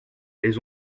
elles